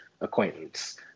acquaintance